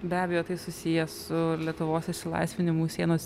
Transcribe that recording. be abejo tai susiję su lietuvos išsilaisvinimu sienos